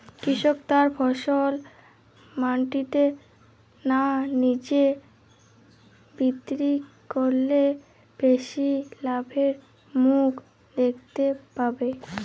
কৃষক তার ফসল মান্ডিতে না নিজে বিক্রি করলে বেশি লাভের মুখ দেখতে পাবে?